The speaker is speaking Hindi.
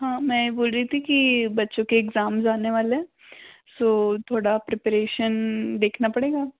हाँ मैं बोल रही थी कि बच्चों के इग्ज़ामज़ आने वाले हैं सो थोड़ा प्रीपरेशन देखना पड़ेगा